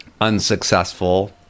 unsuccessful